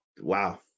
Wow